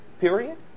Period